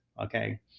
Okay